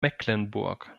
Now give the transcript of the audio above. mecklenburg